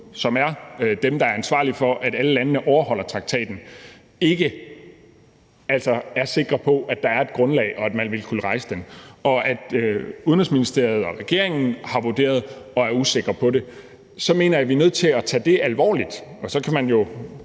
som er dem, der er ansvarlige for, at alle landene overholder traktaten, ikke er sikre på, at der er et grundlag, og at man ville kunne rejse en sag, og når Udenrigsministeriet og regeringen har vurderet det og er usikre på det, så mener jeg, vi er nødt til at tage det alvorligt. Så kunne man